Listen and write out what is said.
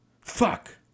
Fuck